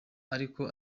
ariko